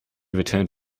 returned